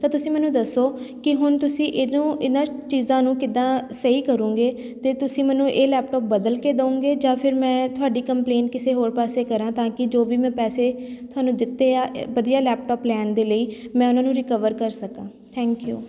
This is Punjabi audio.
ਤਾਂ ਤੁਸੀਂ ਮੈਨੂੰ ਦੱਸੋ ਕਿ ਹੁਣ ਤੁਸੀਂ ਇਹਨੂੰ ਇਹਨਾਂ ਚੀਜ਼ਾਂ ਨੂੰ ਕਿੱਦਾਂ ਸਹੀ ਕਰੋਂਗੇ ਅਤੇ ਤੁਸੀਂ ਮੈਨੂੰ ਇਹ ਲੈਪਟੋਪ ਬਦਲ ਕੇ ਦਉਂਗੇ ਜਾਂ ਫਿਰ ਮੈਂ ਤੁਹਾਡੀ ਕੰਪਲੇਂਟ ਕਿਸੇ ਹੋਰ ਪਾਸੇ ਕਰਾਂ ਤਾਂ ਕਿ ਜੋ ਵੀ ਮੈਂ ਪੈਸੇ ਤੁਹਾਨੂੰ ਦਿੱਤੇ ਆ ਅ ਵਧੀਆ ਲੈਪਟੋਪ ਲੈਣ ਦੇ ਲਈ ਮੈਂ ਉਹਨਾਂ ਨੂੰ ਰਿਕਵਰ ਕਰ ਸਕਾਂ ਥੈਂਕ ਯੂ